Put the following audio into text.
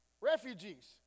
Refugees